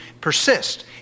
persist